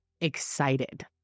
excited